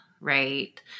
right